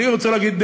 אני רוצה להגיד,